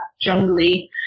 jungly